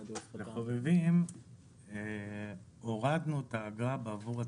--- לחובבים הורדנו את האגרה בעבור התעודה.